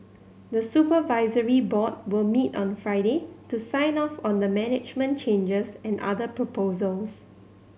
the supervisory board will meet on Friday to sign off on the management changes and other proposals